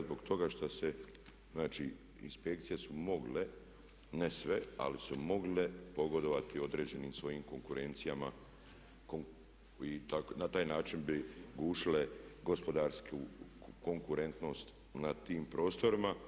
Zbog toga što se, znači inspekcije su mogle ne sve, ali su mogle pogodovati određenim svojim konkurencijama i na taj način bi gušile gospodarsku konkurentnost na tim prostorima.